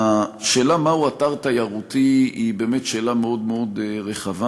השאלה מהו אתר תיירותי היא באמת שאלה מאוד מאוד רחבה,